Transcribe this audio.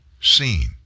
seen